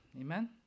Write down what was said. amen